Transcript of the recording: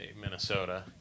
Minnesota